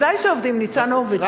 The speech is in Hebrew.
ודאי שעובדים, ניצן הורוביץ.